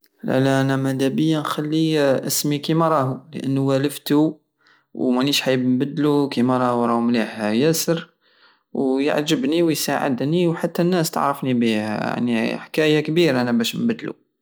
انا مادابية نخلي اسمي كيما راه لانو والفتو ومنيش حايب نبدلو كيما راه راه مليح ياسر ويعجبني ويساعدني وحتى الناس تعرفني بيه حكاية كبيرة انا بش نبدلو